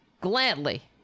Gladly